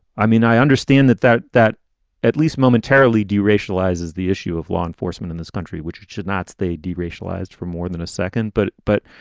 i mean, i understand that that that at least momentarily does racialize as the issue of law enforcement in this country, which it should not stay d racialized for more than a second. but but,